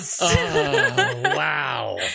wow